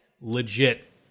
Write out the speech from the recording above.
legit